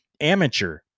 Amateur